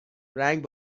رنگ